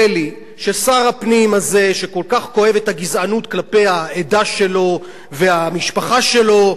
שכל כך כואב את הגזענות כלפי העדה שלו והמשפחה שלו וציבור המצביעים שלו,